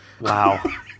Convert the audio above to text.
Wow